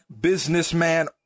businessman